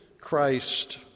Christ